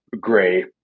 gray